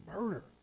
murder